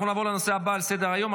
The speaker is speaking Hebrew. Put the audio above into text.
אנחנו נעבור לנושא הבא על סדר-היום,